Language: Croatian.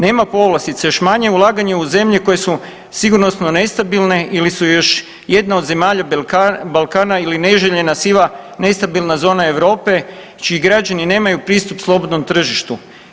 Nema povlastica, još manje ulaganje u zemlje koje su sigurnosno nestabilne ili su još jedna od zemalja Balkana ili neželjena sila, nestabilna zona Europe čiji građani nemaju pristup slobodnom tržištu.